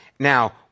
Now